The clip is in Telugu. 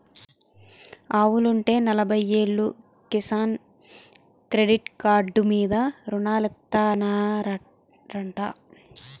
ఆవులుంటే నలబయ్యేలు కిసాన్ క్రెడిట్ కాడ్డు మీద రుణాలిత్తనారంటా